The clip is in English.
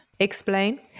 explain